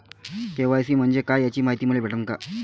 KYC म्हंजे काय याची मायती मले भेटन का?